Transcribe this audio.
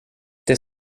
det